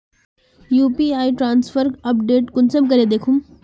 UPI transfer update कुंसम करे दखुम?